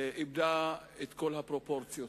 איבדה את כל הפרופורציות